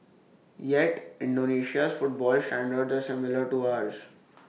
yet Indonesia's football standards are similar to ours